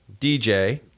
DJ